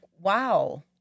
wow